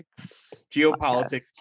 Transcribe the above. geopolitics